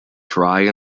try